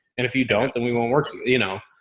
and if you don't, then we won't work. you know?